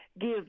Give